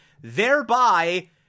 Thereby